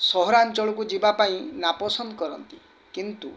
ସହରାଞ୍ଚଳକୁ ଯିବାପାଇଁ ନାପସନ୍ଦ କରନ୍ତି କିନ୍ତୁ